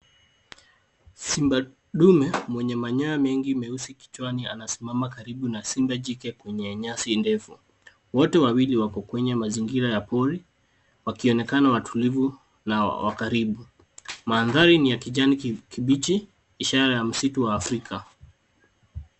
Simba ndume mwenye manyoya mengi meusi kichwani anasimama karibu na simba jike kwenye nyasi ndefu. Wote wawili wako kwenye mazingira ya pori, wakionekana watulivu na wa karibu. Mandhari ni ya kijani kibichi, ishara ya msitu wa Afrika.